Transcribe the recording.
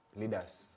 leaders